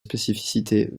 spécificités